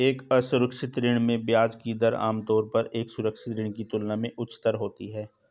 एक असुरक्षित ऋण में ब्याज की दर आमतौर पर एक सुरक्षित ऋण की तुलना में उच्चतर होती है?